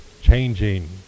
changing